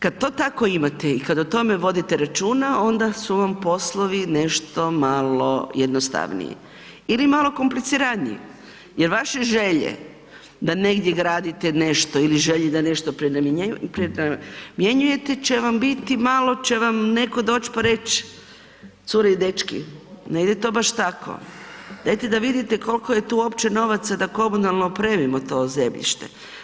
Kada to tako imate i kada o tome vodite računa onda su vam poslovi nešto malo jednostavniji ili malo kompliciraniji jer vaše želje da negdje gradite nešto ili želje da nešto prenamjenjujete će vam biti malo će vam neko doć pa reć, cure i dečki ne ide to baš tako, dajte da vidite koliko je tu uopće novaca da komunalno opremimo to zemljište.